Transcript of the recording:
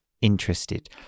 interested